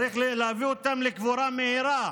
צריך להביא אותם לקבורה מהירה,